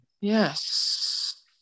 yes